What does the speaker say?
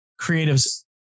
creatives